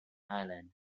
island